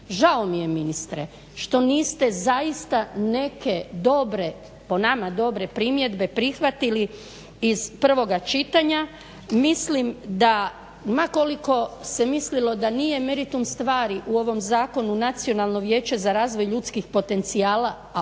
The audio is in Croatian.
Žao mi je ministre što niste zaista neke dobre po nama dobre primjedbe prihvatili iz prvoga čitanja. Mislim da ma koliko se mislilo da nije meritum stvari u ovom Zakonu Nacionalno vijeće za razvoj ljudskih potencijala